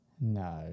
No